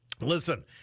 Listen